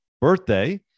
birthday